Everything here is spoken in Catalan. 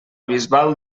bisbal